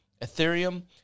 Ethereum